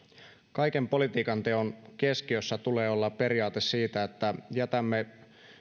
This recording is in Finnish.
kaiken politiikanteon keskiössä tulee olla periaate siitä että jätämme